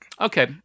Okay